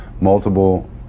multiple